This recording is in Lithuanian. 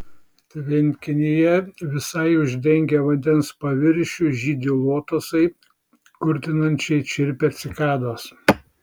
tvenkinyje visai uždengę vandens paviršių žydi lotosai kurtinančiai čirpia cikados